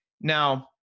Now